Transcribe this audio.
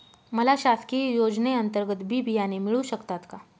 मला शासकीय योजने अंतर्गत बी बियाणे मिळू शकतात का?